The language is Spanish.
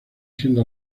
siendo